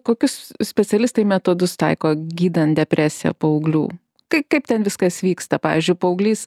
kokius specialistai metodus taiko gydant depresiją paauglių kaip kaip ten viskas vyksta pavyzdžiui paauglys